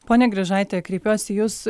ponia grižaite kreipiuosi į jus